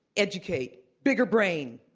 educate, bigger brain,